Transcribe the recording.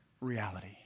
Reality